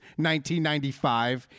1995